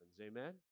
Amen